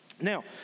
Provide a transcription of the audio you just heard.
Now